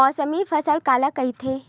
मौसमी फसल काला कइथे?